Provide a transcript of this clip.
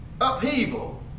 upheaval